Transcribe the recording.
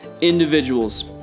individuals